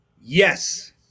Yes